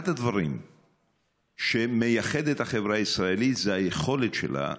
אחד הדברים שמייחדים את החברה הישראלית זה היכולת שלה,